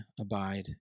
abide